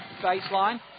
baseline